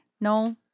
No